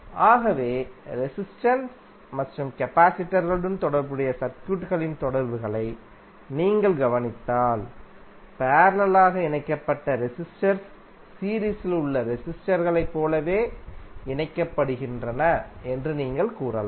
ஆகவே ரெசிஸ்டர்ஸ் மற்றும் கபாசிடர்களுடன் தொடர்புடைய சர்க்யூட் களின் தொடர்புகளை நீங்கள் கவனித்தால் பேரலலாக இணைக்கப்பட்ட ரெசிஸ்டர்ஸ் சீரீஸில் உள்ள ரெசிஸ்டர்ஸ்களைப் போலவே இணைக்கப்படுகின்றன ன்று நீங்கள் கூறலாம்